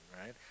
right